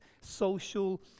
social